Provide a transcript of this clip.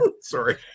sorry